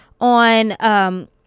on